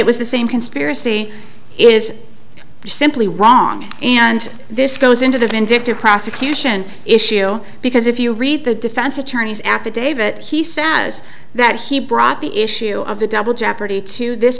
it was the same conspiracy is simply wrong and this goes into the vindictive prosecution issue because if you read the defense attorney's affidavit he says that he brought the issue of the double jeopardy to this